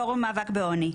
פורום מאבק בעוני.